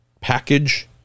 package